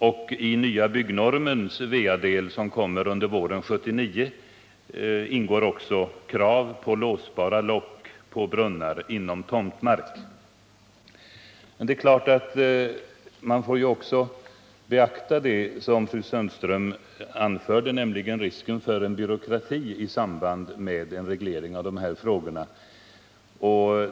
I den nya byggnormens VA-del, som kommer under våren 1979, ingår också krav på låsbara lock på brunnar inom tomtmark. Självfallet måste man även beakta det som fru Sundström anförde, nämligen risken för en byråkrati i samband med att man reglerar dessa frågor.